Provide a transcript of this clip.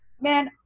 Man